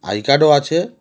I কার্ডও আছে